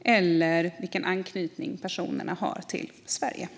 och oavsett vilken anknytning personerna har till Sverige.